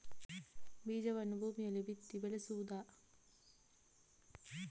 ಬೀಜವನ್ನು ಭೂಮಿಯಲ್ಲಿ ಬಿತ್ತಿ ಬೆಳೆಸುವುದಾ?